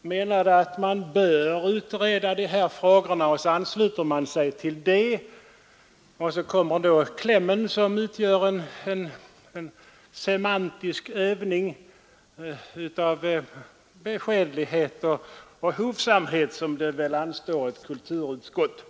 menade att man bör utreda denna fråga, och ansluter sig till det. Och så kommer då klämmen, som utgör en semantisk övning i beskedlighet och hovsamhet, som det väl anstår ett kulturutskott.